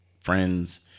friends